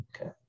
Okay